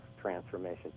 transformation